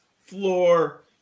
floor